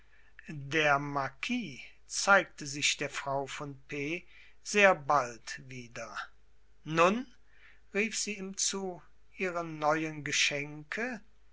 der marquis zeigte sich der frau von p sehr bald wieder nun rief sie ihm zu ihre neuen geschenke